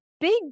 big